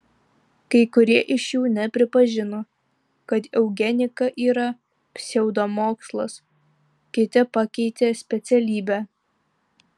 kai kurie iš jų nepripažino kad eugenika yra pseudomokslas kiti pakeitė specialybę